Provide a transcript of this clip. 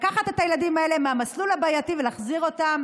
לקחת את הילדים האלה מהמסלול הבעייתי ולהחזיר אותם